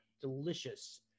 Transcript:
Delicious